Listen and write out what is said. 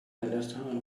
understand